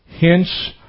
Hence